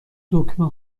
دکمه